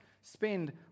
spend